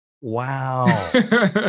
Wow